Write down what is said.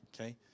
Okay